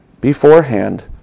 beforehand